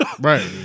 Right